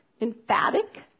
emphatic